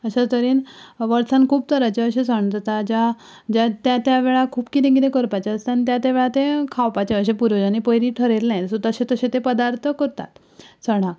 अश्या तरेन वर्सांत खूब तरांचे अशे सण जाता ज्या ज्या त्या त्या वेळार खूब कितें कितें करपाचें आसता आनी त्या त्या वेळार तें खावपाचें अशें पूर्वजांनी पयलीं थरयल्लें सो तशे तशे ते प्रदार्थ करतात सणाक